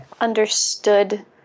understood